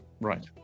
right